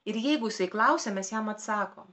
ir jeigu jisai klausia mes jam atsakom